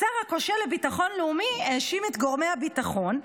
השר הכושל לביטחון לאומי האשים את גורמי הביטחון,